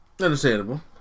Understandable